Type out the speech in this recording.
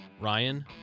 Ryan